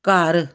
ਘਰ